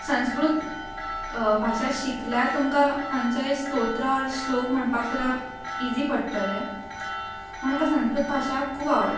संस्कृत भाशा शिकल्यार तुमकां खंयचो स्त्रोत ओर श्लोक म्हणपाक सुद्दां इजी पडटलें म्हण म्हाका संस्कृत भाशा खूब आवडटा